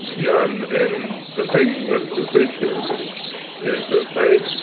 yeah um and the thing with the speech therapies is that they.